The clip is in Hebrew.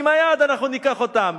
עם היד אנחנו ניקח אותם,